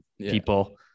people